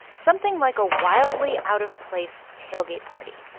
something like a wildly out-of-place tailgate party.